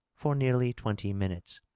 for nearly twenty minutes,